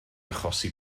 achosi